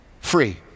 free